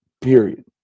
Period